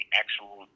actual